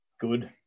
good